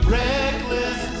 reckless